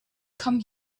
come